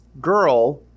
girl